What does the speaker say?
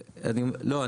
לא,